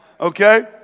Okay